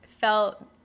felt